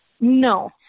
No